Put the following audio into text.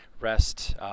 rest